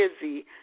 busy